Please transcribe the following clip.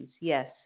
yes